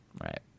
Right